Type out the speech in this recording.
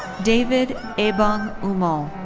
david ebung umo.